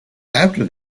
after